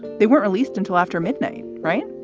they weren't released until after midnight. right.